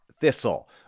thistle